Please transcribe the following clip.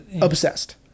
Obsessed